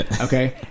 Okay